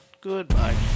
goodbye